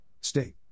State